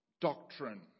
doctrine